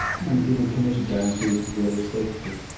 and giving committed guarantees to the other's safety.